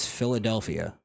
Philadelphia